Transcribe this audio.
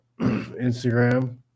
Instagram